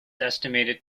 estimated